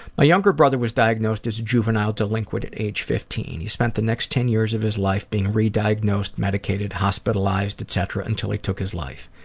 my younger brother was diagnosed as a juvenile delinquent at age fifteen. he spent the next ten years of his life being re-diagnosed, medicated, hospitalized, etc. until he took his life.